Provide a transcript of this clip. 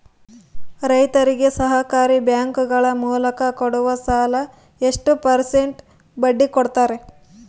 ರೈತರಿಗೆ ಸಹಕಾರಿ ಬ್ಯಾಂಕುಗಳ ಮೂಲಕ ಕೊಡುವ ಸಾಲ ಎಷ್ಟು ಪರ್ಸೆಂಟ್ ಬಡ್ಡಿ ಕೊಡುತ್ತಾರೆ?